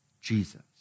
Jesus